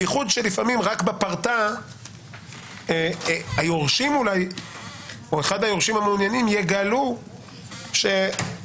בייחוד שלפעמים רק בפרטה אחד היורשים המעוניינים יגלה שאולי